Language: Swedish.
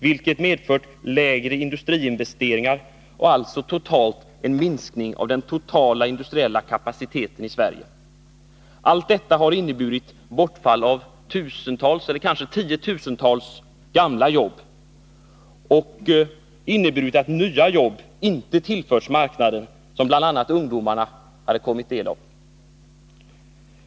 Detta har medfört lägre industriinvesteringar och alltså en minskning av den totala industriella kapaciteten i Sverige. Allt detta har inneburit bortfall av tusentals eller kanske tiotusentals gamla jobb. Det har också inneburit att nya jobb inte tillförts marknaden, jobb som bl.a. ungdomarna kunnat få del av.